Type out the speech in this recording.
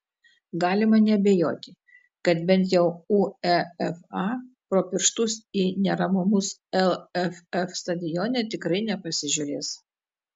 galima neabejoti kad bent jau uefa pro pirštus į neramumus lff stadione tikrai nepasižiūrės